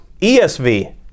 ESV